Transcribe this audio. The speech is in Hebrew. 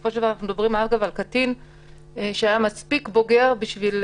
בסופו של דבר אנחנו מדברים על קטין שהיה מספיק בוגר --- לא,